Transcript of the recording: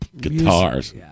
guitars